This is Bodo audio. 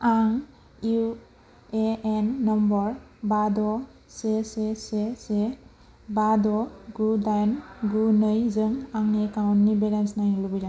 आं इउ ए एन नाम्बार बा द' से से से से बा द' गु दाइन गु नैजों आंनि एकाउन्ट नि बेलेन्स नायनो लुबैदों